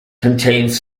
contains